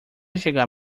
chegar